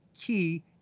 key